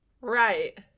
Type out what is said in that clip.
Right